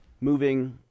moving